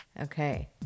okay